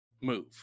move